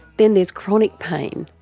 then there's chronic pain,